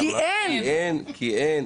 כי אין.